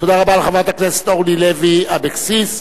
תודה רבה לחברת הכנסת אורלי לוי אבקסיס.